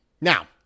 Now